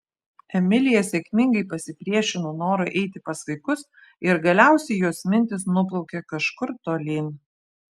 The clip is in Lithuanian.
emilija sėkmingai pasipriešino norui eiti pas vaikus ir galiausiai jos mintys nuplaukė kažkur tolyn